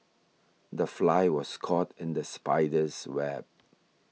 the fly was caught in the spider's web